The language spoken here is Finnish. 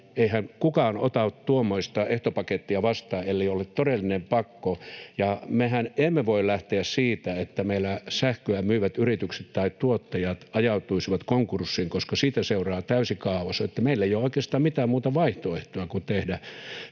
Eihän kukaan ota tuommoista ehtopakettia vastaan, ellei ole todellinen pakko. Mehän emme voi lähteä siitä, että meillä sähköä myyvät yritykset tai tuottajat ajautuisivat konkurssiin, koska siitä seuraa täysi kaaos, niin että meillä ei ole oikeastaan mitään muuta vaihtoehtoa kuin tehdä